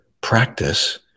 practice